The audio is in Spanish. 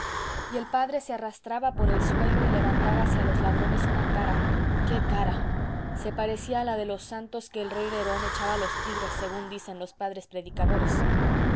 y el padre se arrastraba por el suelo y levantaba hacia los ladrones una cara qué cara se parecía a la de los santos que el rey nerón echaba a los tigres según dicen los padres predicadores